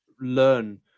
learn